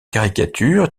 caricature